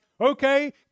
okay